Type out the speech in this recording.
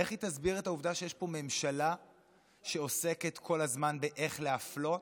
אך היא תסביר את העובדה שיש פה ממשלה שעוסקת כל הזמן באיך להפלות,